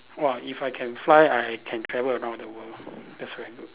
!wah! if I can fly I can travel around the world that's very good